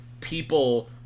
people